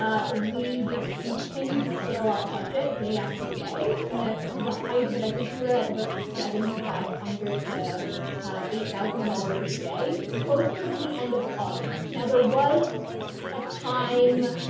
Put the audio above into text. ah we just continued to scale up budget day after day. and that the height of it, i think we were at about seven thousand five hundred to eight thousand dollars a day closer to the end of august. now there was a time,